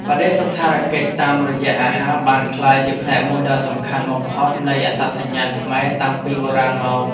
បដិសណ្ឋារកិច្ចតាមរយៈអាហារបានក្លាយជាផ្នែកមួយដ៏សំខាន់បំផុតនៃអត្តសញ្ញាណខ្មែរតាំងពីបុរាណមក។